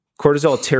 Cortisol